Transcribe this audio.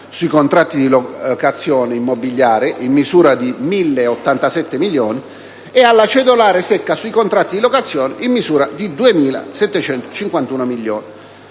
sui contratti di locazione immobiliare (in misura di 1.087 milioni) e alla cedolare secca sui contratti di locazione (in misura di 2.751 milioni).